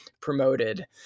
promoted